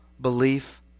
belief